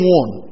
one